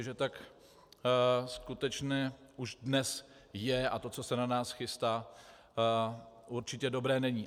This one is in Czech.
Že tomu tak skutečně už dnes je a to, co se na nás chystá, určitě dobré není.